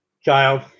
child